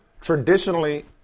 traditionally